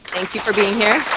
you for being here.